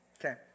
Okay